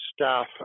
staff